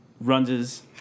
runs